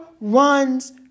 runs